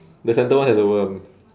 the centre one has a worm